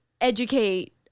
educate